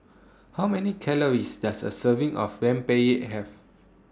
How Many Calories Does A Serving of Rempeyek Have